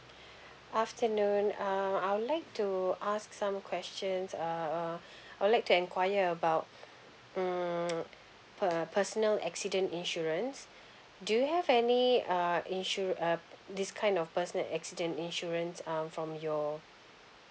afternoon uh I would like to ask some questions uh uh I would like to enquire about mm per personal accident insurance do you have any uh insu~ uh this kind of personal accident insurance um from your